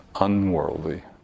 unworldly